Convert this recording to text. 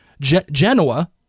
Genoa